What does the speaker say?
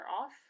off